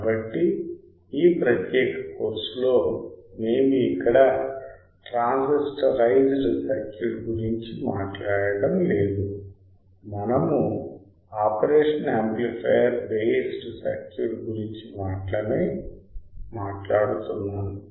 కాబట్టి ఈ ప్రత్యేక కోర్సులో మేము ఇక్కడ ట్రాన్సిస్టరైజ్డ్ సర్క్యూట్ గురించి మాట్లాడటం లేదు మనము ఆపరేషనల్ యాంప్లిఫయర్ బేస్డ్ సర్క్యూట్ గురించి మాత్రమే మాట్లాడుతున్నాము